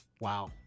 Wow